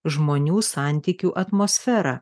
žmonių santykių atmosferą